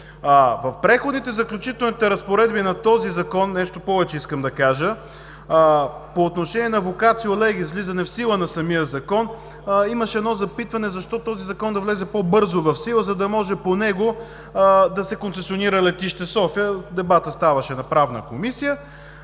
В Преходните и заключителните разпоредби на този закон по отношение на вокацио легис с влизане в сила на самия закон имаше едно запитване: защо този закон да влезе по-бързо в сила? За да може по него да се концесионира Летище София. Дебатът ставаше на Правна комисия,